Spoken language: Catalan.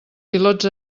pilots